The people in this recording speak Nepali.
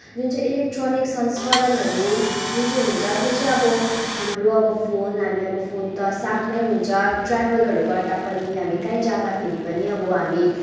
जुन चाहिँ इलेक्ट्रोनिक संस्करणहरू जुन चाहिँ हुन्छ त्यो चाहिँ अब हाम्रो अब फोन हामी अब फोन त अब साथमै हुन्छ ट्राभलहरू गर्दा पनि हामी कहीँ जाँदाखेरि पनि अब हामी